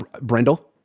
Brendel